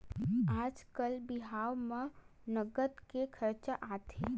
आजकाल बिहाव म नँगत के खरचा आथे